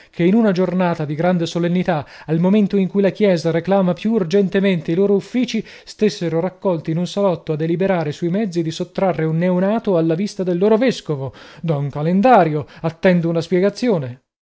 che in una giornata di grande solennità al momento in cui la chiesa reclama più urgentemente i loro uffici stessero raccolti in un salotto a deliberare sui mezzi di sottrarre un neonato alla vista del loro vescovo don calendario attendo una spiegazione